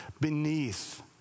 beneath